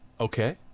okay